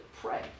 pray